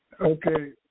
Okay